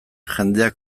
jendeak